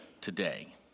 today